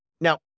Now